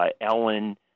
Ellen